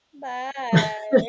Bye